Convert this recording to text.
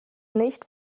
nicht